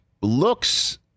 looks